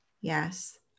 Yes